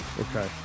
Okay